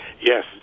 Yes